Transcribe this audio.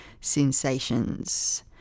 sensations